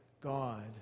God